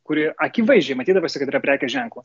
kuri akivaizdžiai matydavosi kad yra prekės ženklo